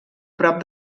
prop